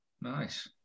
Nice